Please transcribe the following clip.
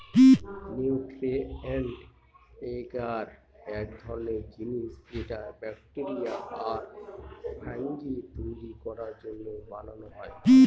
nutrient agar এক ধরনের জিনিস যেটা ব্যাকটেরিয়া আর ফাঙ্গি তৈরী করার জন্য বানানো হয়